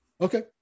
Okay